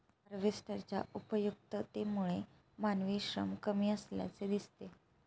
हार्वेस्टरच्या उपयुक्ततेमुळे मानवी श्रम कमी असल्याचे दिसते